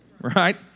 right